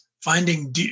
Finding